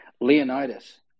Leonidas